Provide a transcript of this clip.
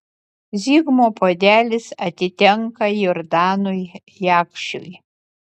zigmo puodelis atitenka jordanui jakšiui